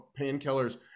painkillers